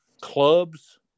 clubs